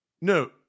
No